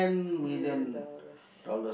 million dollars